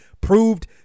proved